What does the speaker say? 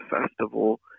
festival